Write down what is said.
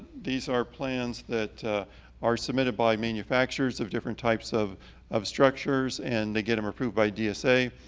these are plans that are submitted by manufacturers of different types of of structures, and they get them approved by dsa.